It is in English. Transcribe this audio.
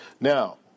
Now